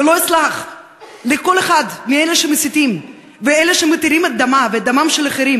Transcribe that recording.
ולא אסלח לכל אחד מאלה שמסיתים ואלה שמתירים את דמה ואת דמם של אחרים,